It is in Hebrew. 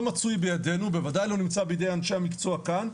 מצוי בידינו בוודאי לא נמצא בידי אנשי המקצוע כאן,